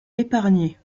épargnés